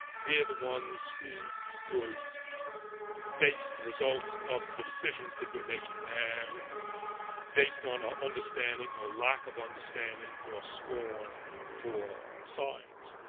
they're the ones who will face the results of the decisions that we're making now based on our understanding or lack of understanding or scorn for science.